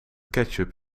ketchup